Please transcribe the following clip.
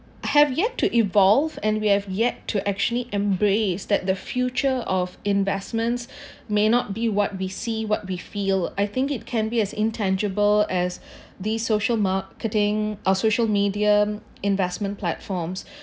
have yet to evolve and we have yet to actually embrace that the future of investments may not be what we see what we feel I think it can be as intangible as these social marketing our social media investment platforms